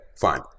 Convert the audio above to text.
fine